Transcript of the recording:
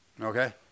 Okay